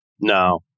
No